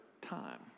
time